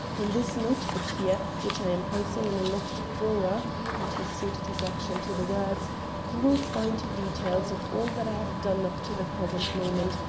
in this note-book here, which i am placing in a locked drawer and he suited his action to the words you will find details of all that i have done up to the present moment,